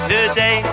Today